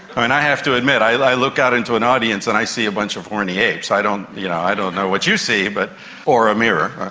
and i have to admit, i look out into an audience and i see a bunch of horny apes, i don't you know i don't know what you see, but or a mirror.